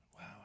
Wow